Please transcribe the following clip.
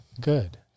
Good